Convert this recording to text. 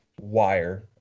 wire